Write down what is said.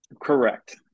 Correct